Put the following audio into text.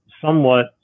somewhat